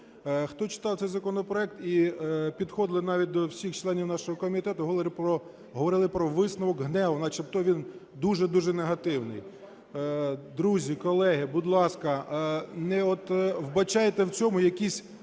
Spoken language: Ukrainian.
Хто читав цей законопроект і підходили навіть до всіх членів нашого комітету, говорили про висновок ГНЕУ, начебто він дуже-дуже негативний. Друзі, колеги, будь ласка, не вбачайте в цьому якісь